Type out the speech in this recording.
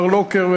מר לוקר,